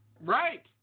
Right